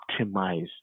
optimize